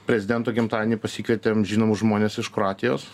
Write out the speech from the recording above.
prezidento gimtadienį pasikvietėm žinomus žmones iš kroatijos